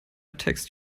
text